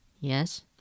Yes